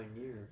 years